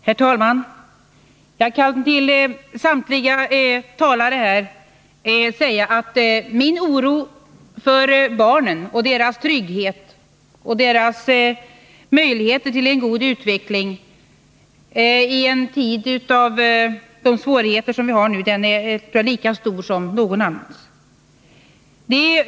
Herr talman! Jag kan säga till samtliga talare här att min oro för barnen, för deras trygghet och deras möjligheter till en god utveckling i en tid med de svårigheter som vi nu har är lika stor som någon annans.